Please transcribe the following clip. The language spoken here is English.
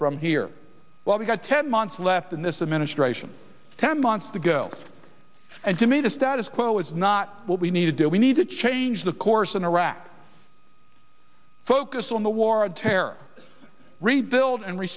from here well we've got ten months left in this administration ten months ago and to me the status quo is not what we need to do we need to change the course in iraq focus on the war on terror rebuild and re